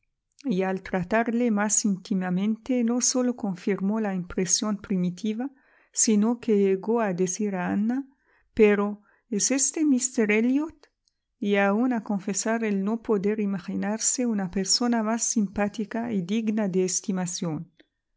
y al tratarle más íntimamente no sólo confirmó la impresión primitiva sino que llegó a decir a ana pero es éste míster elliot y aun a confesar el no poder imaginarse una persona más simpática y digna de estimación